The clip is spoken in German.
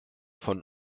von